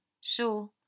Sure